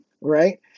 right